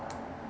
Chia Te